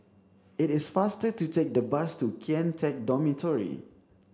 it is faster to take the bus to Kian Teck Dormitory